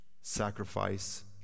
sacrifice